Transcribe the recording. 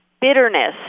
bitterness